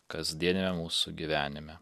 kasdieniame mūsų gyvenime